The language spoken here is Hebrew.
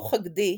"חיוך הגדי",